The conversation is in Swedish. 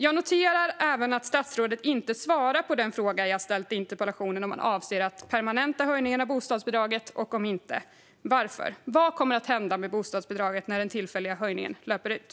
Jag noterar att statsrådet inte svarar på den fråga jag ställt i interpellationen om man avser att permanenta höjningen av bostadsbidraget och om inte, varför. Vad kommer att hända med bostadsbidraget när den tillfälliga höjningen löper ut?